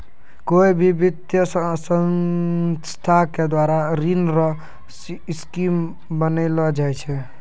कोय भी वित्तीय संस्था के द्वारा ऋण रो स्कीम बनैलो जाय छै